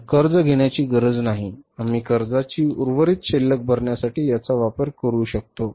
तर कर्ज घेण्याची गरज नाही आम्ही कर्जाची उर्वरित शिल्लक भरण्यासाठी याचा वापर करू शकतो